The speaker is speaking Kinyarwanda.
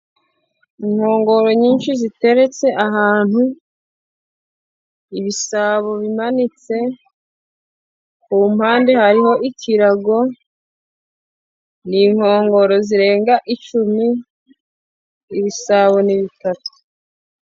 Inkongoro nyinshi ziteretse ahantu, ibisabo bimanitse, kumpande hariho ikirago, ni inkongoro zirenga icumi ibisabo ni bitatu.